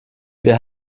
wir